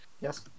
Yes